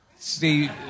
Steve